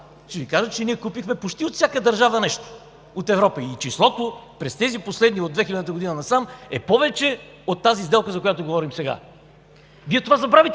Ще Ви кажа, че ние купихме почти от всяка държава от Европа по нещо. Числото през годините – от 2000 г. насам, е повече от тази сделка, за която говорим сега. Вие това забравихте